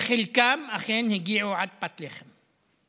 חלקן אכן הגיעו עד פת לחם.